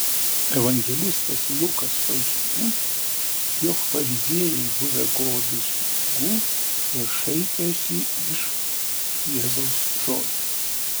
evangelistas lukas pažymi jog fariziejai buvę godūs pinigų ir šaipęsi iš jėzaus žodžių